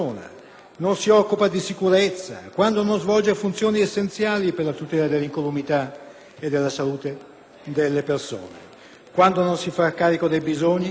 non si occupa di sicurezza, quando non svolge funzioni essenziali per la tutela dell'incolumità e della salute delle persone, quando non si fa carico dei bisogni